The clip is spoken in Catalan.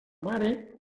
mare